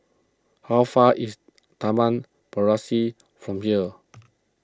how far is Taman from here